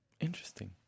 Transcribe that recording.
interesting